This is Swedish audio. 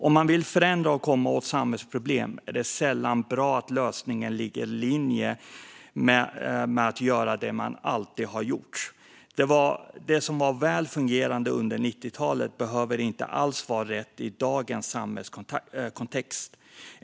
Om man vill förändra och komma åt samhällsproblem är det sällan bra att lösningen ligger i linje med att göra det som man alltid har gjort. Det som var väl fungerande under 90-talet behöver inte alls vara rätt i dagens samhällskontext.